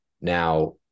Now